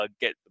get